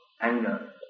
anger